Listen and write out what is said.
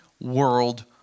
World